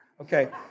Okay